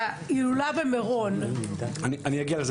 בהילולה במירון --- אני אגיע לזה,